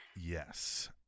Yes